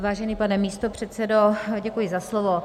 Vážený pane místopředsedo, děkuji za slovo.